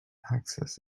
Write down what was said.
axis